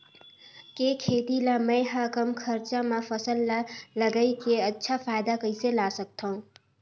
के खेती ला मै ह कम खरचा मा फसल ला लगई के अच्छा फायदा कइसे ला सकथव?